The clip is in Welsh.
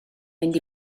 mynd